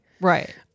Right